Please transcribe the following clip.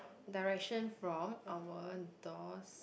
direction from our door